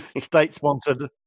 state-sponsored